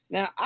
Now